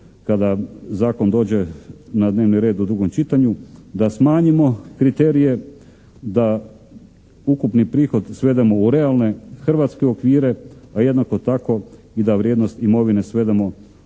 kada zakon dođe na dnevni red u drugom čitanju da smanjimo kriterije, da ukupni prihod svedemo u realne hrvatske okvire, a jednako tako i da vrijednost imovine svedemo u okvire